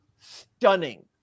stunning